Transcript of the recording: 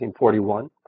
1941